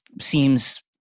seems